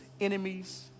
enemies